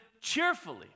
cheerfully